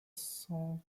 cent